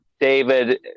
David